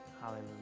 Hallelujah